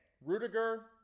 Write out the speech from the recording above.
Rudiger